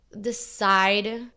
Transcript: decide